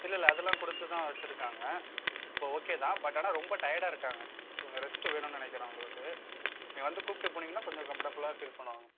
இல்லைல்ல அதெலாம் கொடுத்துதான் வச்சுருக்காங்க இப்போ ஓகே தான் பட் ஆனால் ரொம்ப டயர்டாக இருக்காங்க ஸோ கொஞ்சம் ரெஸ்ட் வேணும்னு நினைக்கிறேன் அவங்களுக்கு நீங்கள் வந்து கூப்பிட்டு போனீங்கன்னா கொஞ்சம் கம்ஃபர்ட்டபுல்லாக ஃபீல் பண்ணுவாங்க